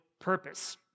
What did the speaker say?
purpose